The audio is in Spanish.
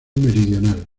meridional